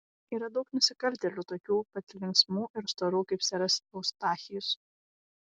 yra daug nusikaltėlių tokių pat linksmų ir storų kaip seras eustachijus